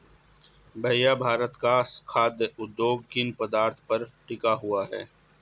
भैया भारत का खाघ उद्योग किन पदार्थ पर टिका हुआ है?